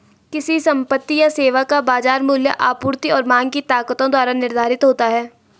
किसी संपत्ति या सेवा का बाजार मूल्य आपूर्ति और मांग की ताकतों द्वारा निर्धारित होता है